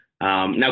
Now